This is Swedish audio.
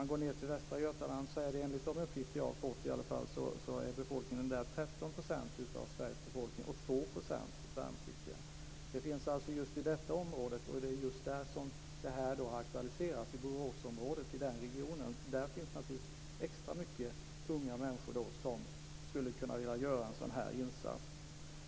Enligt de uppgifter jag har fått utgör befolkningen i Västra Götaland 13 % av Sveriges befolkning, och där finns 2 % av de värnpliktiga. Det finns alltså just i denna region - i t.ex. Boråsområdet, där idén har aktualiserats - extra många unga människor som skulle vilja göra en sådan insats.